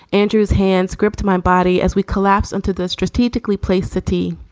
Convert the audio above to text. andrew's hands gripped my body as we collapsed onto the strategically placed city,